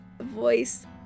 voice